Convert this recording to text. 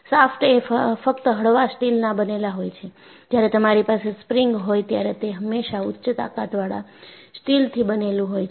shaft એ ફક્ત હળવા સ્ટીલના બનેલા હોય છે જ્યારે તમારી પાસે સ્પ્રિંગ હોય ત્યારે તે હમેંશા ઉચ્ચ તાકતવાળા સ્ટીલથી બનેલું હોય છે